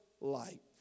light